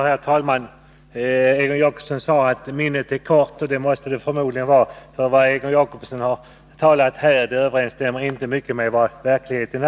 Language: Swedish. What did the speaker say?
Herr talman! Egon Jacobsson sade att minnet är kort, och det måste det förmodligen vara. Vad Egon Jacobsson har sagt här överensstämmer mycket litet med verkligheten.